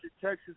Texas